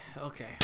okay